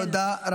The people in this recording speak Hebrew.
תודה.